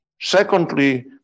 Secondly